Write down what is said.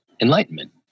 enlightenment